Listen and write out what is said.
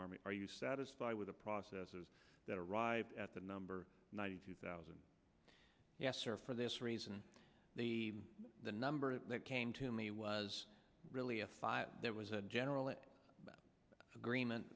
army are you satisfied with the processes that arrived at the number ninety two thousand yes sir for this reason the number that came to me was really a five there was a general